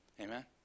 Amen